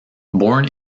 born